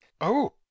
Oh